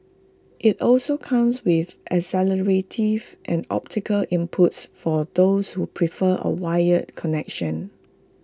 IT also comes with and optical inputs for those who prefer A wired connection